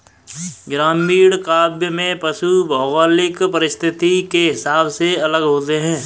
ग्रामीण काव्य में पशु भौगोलिक परिस्थिति के हिसाब से अलग होते हैं